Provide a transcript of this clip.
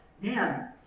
man